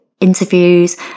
interviews